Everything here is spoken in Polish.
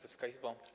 Wysoka Izbo!